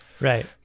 Right